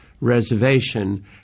reservation